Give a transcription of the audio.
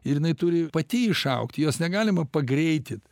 ir jinai turi pati išaugt jos negalima pagreitit